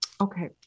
Okay